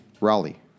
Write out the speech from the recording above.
Raleigh